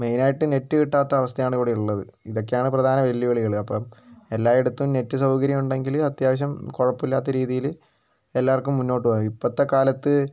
മെയിനായിട്ട് നെറ്റ് കിട്ടാത്ത അവസ്ഥയാണിവിടെ ഉള്ളത് ഇതൊക്കെയാണ് പ്രധാന വെല്ലുവിളികൾ അപ്പം എല്ലായിടത്തും നെറ്റ് സൗകര്യം ഉണ്ടെങ്കിൽ അത്യാവശ്യം കുഴപ്പമില്ലാത്ത രീതിയിൽ എല്ലാവർക്കും മുന്നോട്ട് പോകാൻ ഇപ്പോഴത്തെക്കാലത്ത്